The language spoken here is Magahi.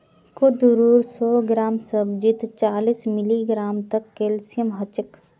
कुंदरूर सौ ग्राम सब्जीत चालीस मिलीग्राम तक कैल्शियम ह छेक